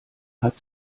hat